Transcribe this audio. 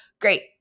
Great